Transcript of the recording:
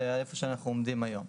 ואיפה שאנחנו עומדים היום.